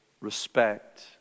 respect